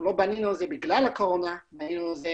לא בנינו את זה בגלל הקורונה, בנינו את זה